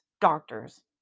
doctors